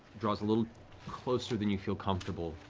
draws a little closer than you feel comfortable